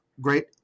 great